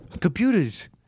Computers